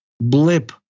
blip